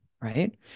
right